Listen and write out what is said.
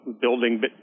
building